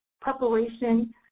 preparation